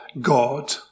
God